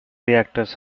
reactors